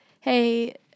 hey